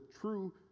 true